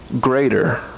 greater